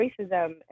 racism